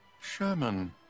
Sherman